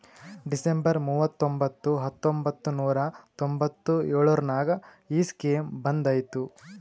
December ಮೂವತೊಂಬತ್ತು ಹತ್ತೊಂಬತ್ತು ನೂರಾ ತೊಂಬತ್ತು ಎಳುರ್ನಾಗ ಈ ಸ್ಕೀಮ್ ಬಂದ್ ಐಯ್ತ